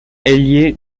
ailier